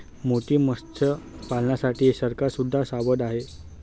मोती मत्स्यपालनासाठी सरकार सुद्धा सावध आहे